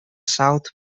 south